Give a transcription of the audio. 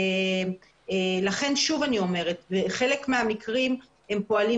לכן אני אומרת שבחלק מהמקרים הם פועלים